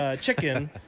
chicken